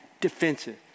defensive